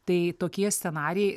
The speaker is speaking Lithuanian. tai tokie scenarijai